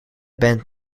band